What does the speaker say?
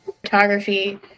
photography